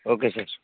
okay sir